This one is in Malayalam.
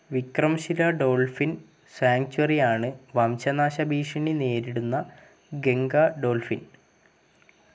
വിക്രംശില ഡോൾഫിൻ സാങ്ച്വറി ആണ് വംശനാശ ഭീഷണി നേരിടുന്ന ഗംഗ ഡോൾഫിൻ